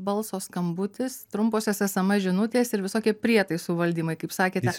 balso skambutis trumposios sms žinutės ir visokie prietaisų valdymai kaip sakėte